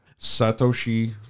Satoshi